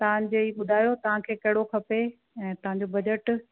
तव्हांजे ॿुधायो तव्हांखे कहिड़ो खपे ऐं तव्हांजो बजट